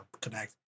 connect